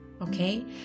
okay